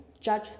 judge